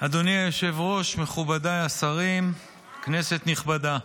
אדוני היושב-ראש, מכובדיי השרים, כנסת נכבדה,